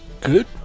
good